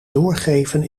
doorgeven